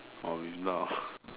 original